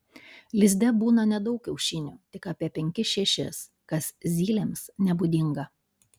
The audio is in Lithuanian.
lizde būna nedaug kiaušinių tik apie penkis šešis kas zylėms nebūdinga